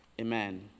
Amen